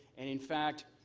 and in fact,